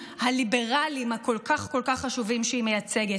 הליברליים הכל-כך כל כך חשובים שהיא מייצגת.